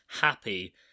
happy